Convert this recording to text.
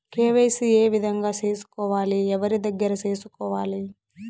KYC ఏ విధంగా సేసుకోవాలి? ఎవరి దగ్గర సేసుకోవాలి?